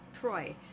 Troy